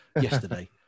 Yesterday